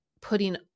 putting